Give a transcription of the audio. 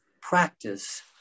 practice